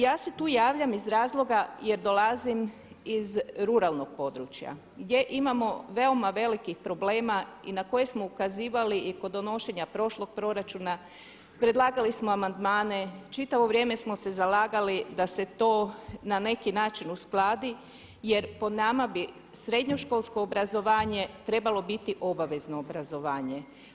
Ja se tu javljam iz razloga jer dolazim iz ruralnog područja gdje imamo veoma velikih problema i na koje smo ukazivali i kod donošenja prošlog proračuna, predlagali smo amandmane, čitavo vrijeme smo se zalagali da se to na neki način uskladi jer po nama bi srednjoškolsko obrazovanje trebalo biti obavezno obrazovanje.